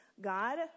God